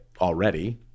already